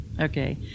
okay